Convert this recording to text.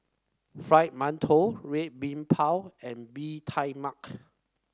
Fried Mantou Red Bean Bao and Bee Tai Mak